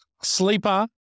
sleeper